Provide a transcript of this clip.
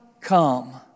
come